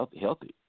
healthy